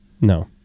No